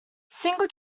single